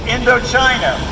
Indochina